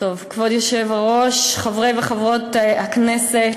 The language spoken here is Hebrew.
כבוד היושב-ראש, חברי וחברות הכנסת,